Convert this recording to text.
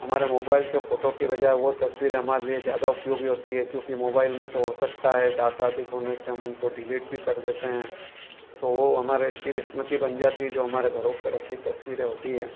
हमारे मोबाइल के फोटो के बजाए वो तस्वीरें हमारे लिए ज़्यादा उपयोगी होती है क्योंकि मोबाइल में तो हो सकता है डाटा अधिक होने से हम उनको डिलीट भी कर देते हैं तो वो हमारे चिर स्मृति बन जाती है जो हमारे घरों पर रखी तस्वीरे होती हैं